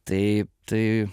tai tai